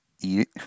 eat